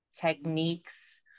techniques